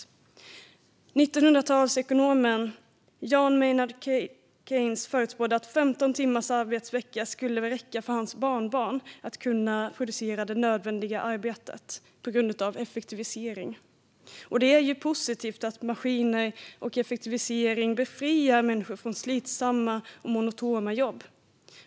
1900-talsekonomen John Maynard Keynes förutspådde att 15 timmars arbetsvecka skulle räcka för hans barnbarn - på grund av effektivisering - för att kunna producera det nödvändiga arbetet. Det är positivt att maskiner och effektivisering befriar människor från slitsamma och monotona jobb.